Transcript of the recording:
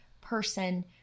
person